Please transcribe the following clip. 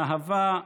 אהבה,